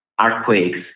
earthquakes